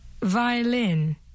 violin